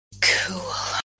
Cool